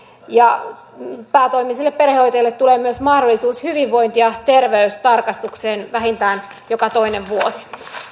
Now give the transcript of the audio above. päätoimisille perhehoitajille tulee myös mahdollisuus hyvinvointi ja terveystarkastukseen vähintään joka toinen vuosi